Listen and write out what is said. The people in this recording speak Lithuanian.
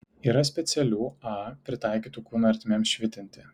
yra specialių a pritaikytų kūno ertmėms švitinti